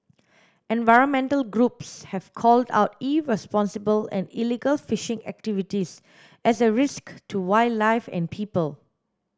environmental groups have called out irresponsible and illegal fishing activities as a risk to wildlife and people